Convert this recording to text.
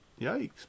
Yikes